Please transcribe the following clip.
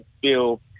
feel